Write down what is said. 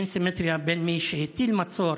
אין סימטריה בין מי שהטיל מצור